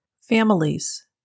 Families